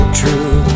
true